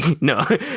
No